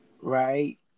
right